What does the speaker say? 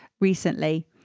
recently